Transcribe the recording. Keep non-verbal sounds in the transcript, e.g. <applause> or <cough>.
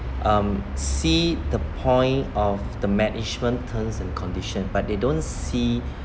um see the point of the management terms and condition but they don't see <breath>